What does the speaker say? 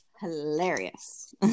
hilarious